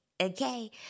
okay